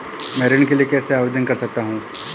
मैं ऋण के लिए कैसे आवेदन कर सकता हूं?